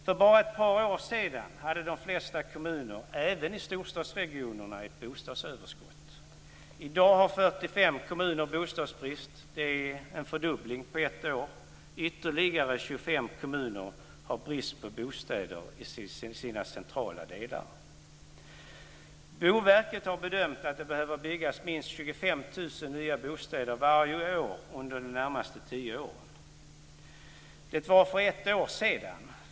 För bara ett par år sedan hade de flesta kommuner, även i storstadsregionerna, ett bostadsöverskott. I dag har 45 kommuner bostadsbrist. Det är en fördubbling på ett år. Ytterligare 25 kommuner har brist på bostäder i sina centrala delar. Boverket har bedömt att det behöver byggas minst 25 000 nya bostäder varje år under de närmaste tio åren. Det var för ett år sedan.